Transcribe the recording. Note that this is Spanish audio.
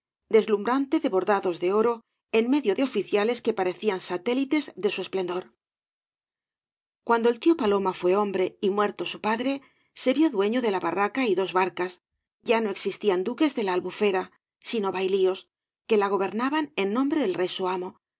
deslumbrante de bordados de oro en medio de oficíales que parecían satélites de su esplendor cuando el tío paloma fué hombre y muerto su padre se vio dueño de la barraca y dos barcas ya v blasco ibámez do existían duques de la albufera sino bailíos que la gobernaban en nombre del rey su amo